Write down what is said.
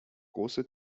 große